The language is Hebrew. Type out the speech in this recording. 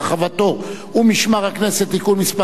רחבתו ומשמר הכנסת (תיקון מס'